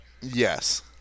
Yes